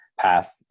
path